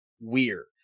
weird